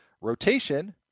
rotation